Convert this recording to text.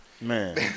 Man